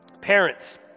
parents